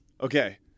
Okay